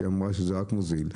שהיא אמרה שזה רק מוזיל,